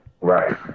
Right